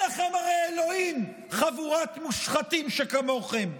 הרי אין לכם אלוהים, חבורת מושחתים שכמוכם.